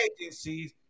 agencies